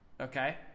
Okay